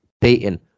Peyton